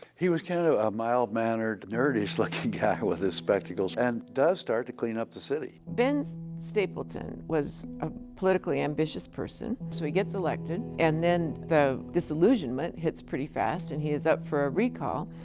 he was kind of mild-mannered nerdish-looking guy with his spectacles and does start to clean up the city. ben stapleton was a politically ambitious person. so he gets elected, and then the disillusionment hits pretty fast. and he is up for a recall,